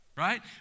Right